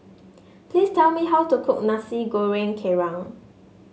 please tell me how to cook Nasi Goreng Kerang